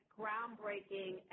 groundbreaking